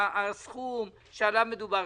הסכום שעליו מדובר.